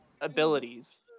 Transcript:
abilities